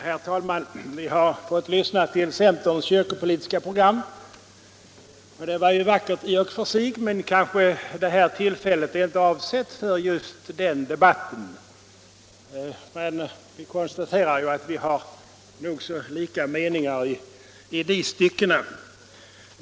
Herr talman! Vi har fått lyssna till centerns kyrkopolitiska program. Det var vackert i och för sig, men det här tillfället är kanske inte avsett för just den debatten. Jag konstaterar emellertid att vi har nog så lika uppfattningar i detta stycke.